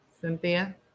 Cynthia